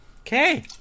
Okay